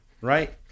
right